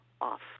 off